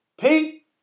Pete